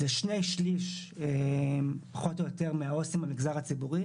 זה פחות או יותר שני שליש מהעו"סים במגזר הציבורי.